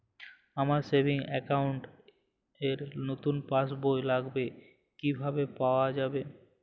আমার savings account র নতুন পাসবই লাগবে কিভাবে পাওয়া যাবে?